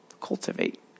Cultivate